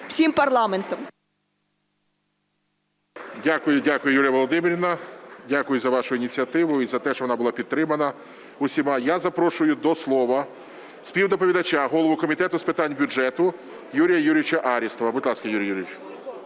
всім парламентом. ГОЛОВУЮЧИЙ. Дякую, Юлія Володимирівна. Дякую за вашу ініціативу і за те, що вона була підтримана усіма. Я запрошую до слова співдоповідача, голову Комітету з питань бюджету Юрія Юрійовича Арістова. Будь ласка, Юрій Юрійович.